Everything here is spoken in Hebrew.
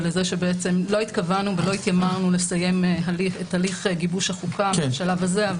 ולזה שלא התכוונו ולא התיימרנו לסיים את הליך גיבוש החוקה בשלב הזה.